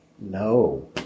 No